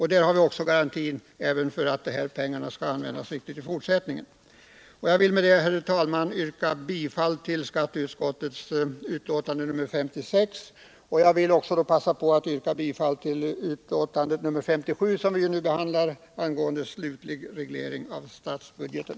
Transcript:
Här har vi också garantin för att en skattesänkning skall användas riktigt även i fortsättningen. Med dessa ord vill jag, herr talman, yrka bifall till hemställan i skatteutskottets betänkanden 56 och 57; det senare gäller den slutliga regleringen av statsbudgeten.